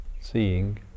seeing